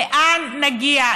לאן נגיע?